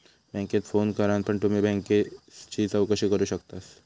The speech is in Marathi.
बॅन्केत फोन करान पण तुम्ही बॅलेंसची चौकशी करू शकतास